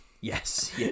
Yes